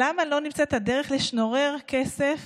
ולמה לא נמצאת הדרך לשנורר כסף